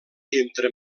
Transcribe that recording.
entre